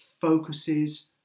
focuses